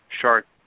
Shark